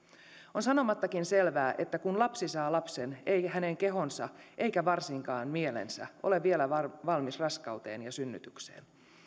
on sanomattakin selvää että kun lapsi saa lapsen ei hänen kehonsa eikä varsinkaan mielensä ole vielä valmis raskauteen ja synnytykseen